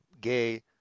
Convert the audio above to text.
gay